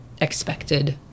expected